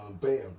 bam